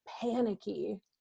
panicky